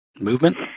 movement